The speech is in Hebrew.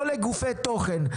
לא לגופי תוכן.